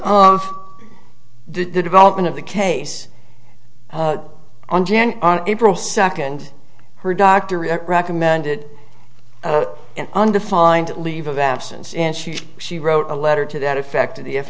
of the development of the case on jan on april second her doctor recommended an undefined leave of absence and she she wrote a letter to that effect to the f